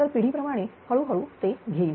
तर पिढी प्रमाणे हळूहळू ते घेईल